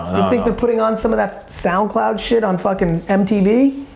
think they're putting on some of that soundcloud shit on fuckin' mtv?